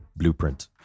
blueprint